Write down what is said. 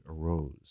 arose